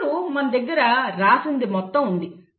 ఇప్పుడు మన దగ్గర రాసినది మొత్తం ఉంది